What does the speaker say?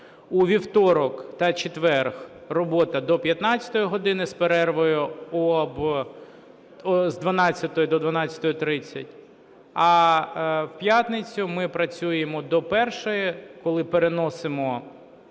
у вівторок та четвер – робота до 15 години з перервою з 12-ї до 12:30, а в п'ятницю ми працюємо до першої, коли переносимо…